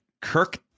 Kirk